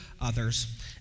others